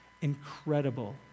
Incredible